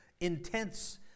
intense